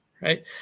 right